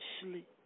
sleep